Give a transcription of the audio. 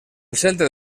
centre